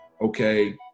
okay